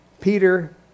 Peter